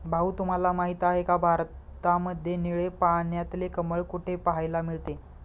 भाऊ तुम्हाला माहिती आहे का, भारतामध्ये निळे पाण्यातले कमळ कुठे पाहायला मिळते?